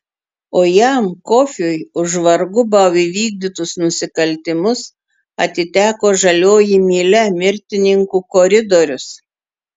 o jam kofiui už vargu bau įvykdytus nusikaltimus atiteko žalioji mylia mirtininkų koridorius